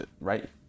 right